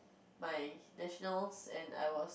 my nationals and I was